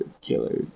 Killer